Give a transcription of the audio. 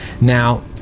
Now